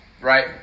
Right